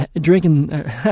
drinking